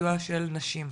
נשים,